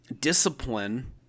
discipline